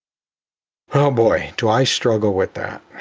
oh boy, do i struggle with that.